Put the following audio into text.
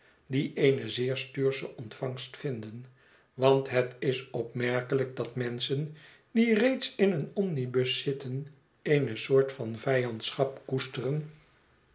die eene zeer stuursche ontvangst vinden want het is opmerkelijk dat menschen die reeds in een omnibus zitten eene soort van vijandschap koesteren